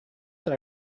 that